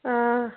آ